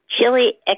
chili